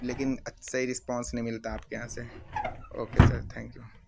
لیکن صحیح رسپونس نہیں ملتا آپ کے یہاں سے okay sir thank you